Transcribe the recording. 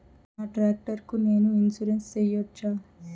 నా టాక్టర్ కు నేను ఇన్సూరెన్సు సేయొచ్చా?